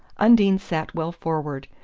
undine sat well forward,